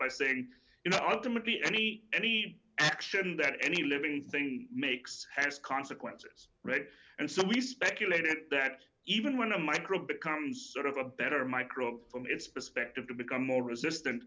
by saying you know ultimately any free action that any living thing makes has consequences and so we speculated that even when a microbe becomes sort of a better microbe from its perspective to become more resistant